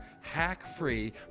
hack-free